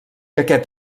aquest